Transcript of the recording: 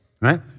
Right